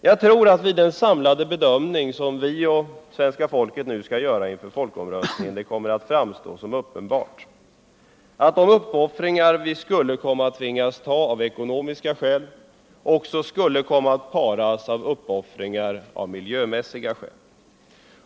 Jag tror att det vid den samlade bedömning som vi och svenska folket nu skall göra inför folkomröstningen kommer att framstå som uppenbart, att de ekonomiska uppoffringar som vi skulle tvingas göra kommer att paras också med miljömässiga uppoffringar.